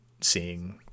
seeing